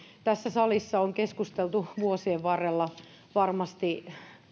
tässä salissa on keskusteltu vuosien varrella varmasti